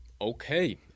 Okay